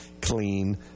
clean